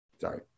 Sorry